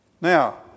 Now